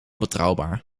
betrouwbaar